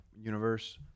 universe